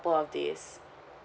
couple of days